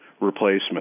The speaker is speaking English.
replacement